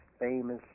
famous